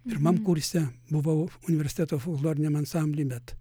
pirmam kurse buvau universiteto folkloriniam ansambly bet